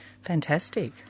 Fantastic